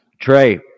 Trey